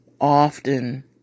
often